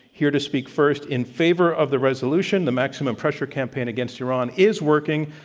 here to speak first in favor of the resolution, the maximum pressure campaign against iran is working,